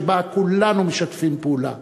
ששם כולנו משתפים פעולה.